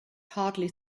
hardly